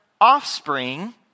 offspring